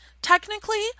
Technically